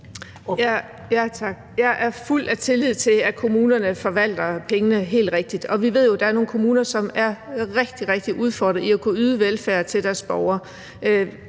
Jeg er fuld af tillid til, at kommunerne forvalter pengene helt rigtigt. Og vi ved jo, at der er nogle kommuner, som er rigtig, rigtig udfordret i forhold til at kunne yde velfærd til deres borgere.